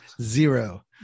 Zero